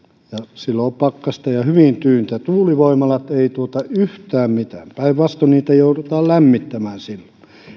silloin on pakkasta ja hyvin tyyntä tuulivoimalat eivät tuota yhtään mitään päinvastoin niitä joudutaan lämmittämään silloin